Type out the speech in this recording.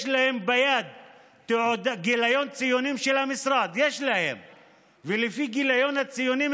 יש להם ביד גיליון ציונים של המשרד ולפי גיליון הציונים,